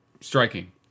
striking